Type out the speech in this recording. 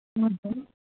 हजुर